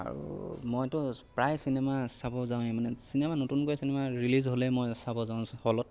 আৰু মইটো প্ৰায় চিনেমা চাব যাওঁয়েই মানে চিনেমা নতুনকৈ চিনেমা ৰিলিজ হ'লে মই চাব যাওঁ হলত